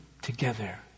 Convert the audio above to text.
together